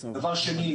דבר שני,